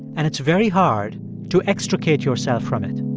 and it's very hard to extricate yourself from it.